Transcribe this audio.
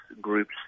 groups